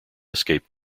escaped